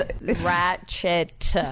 ratchet